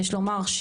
יש לומר,